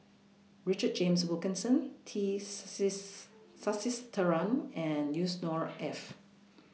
Richard James Wilkinson tees says Sasitharan and Yusnor Ef